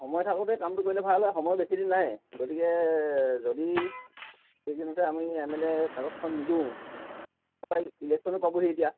সময় থাকোঁতে কামটো কৰিলে ভাল হয় সময় বেছি দিন নাই গতিকে যদি এই কেইদিনতে আমি এম এল এ কাগজখন নিদিওঁ তাৰ পৰা ইলেকশ্যনো পাবহি এতিয়া